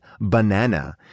Banana